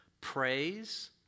praise